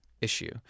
issue